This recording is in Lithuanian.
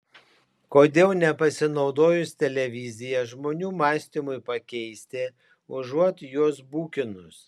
kodėl nepasinaudojus televizija žmonių mąstymui pakeisti užuot juos bukinus